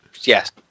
Yes